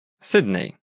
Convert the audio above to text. Sydney